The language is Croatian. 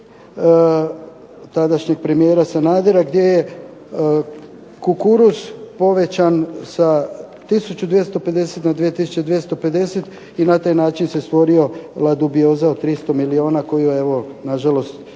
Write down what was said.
tadašnjeg premijera Sanadera gdje je kukuruz povećan sa 1250 na 2250 i na taj način se stvorila dubioza od 300 milijuna za koju na žalost,